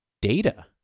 data